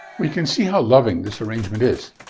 we can see how loving this arrangement is.